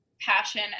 passion